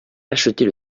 acheter